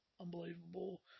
unbelievable